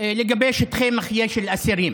לגבי שטחי מחיה של אסירים,